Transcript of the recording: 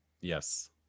yes